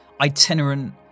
itinerant